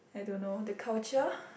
I don't know the culture